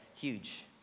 Huge